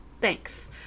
Thanks